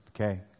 okay